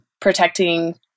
protecting